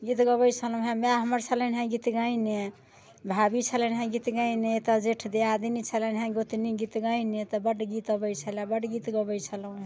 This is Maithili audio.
गीत गबैत छलहुँ हँ मै हमर छलनि हँ गीतगाइने भाभी छलनि हँ गीतगाइने एतऽ जेठ दिआदिनी छलनि हँ गोतनी गीतगाइने तऽ बड गीत अबैत छलैया बड गीत गबैत छलहुँ हँ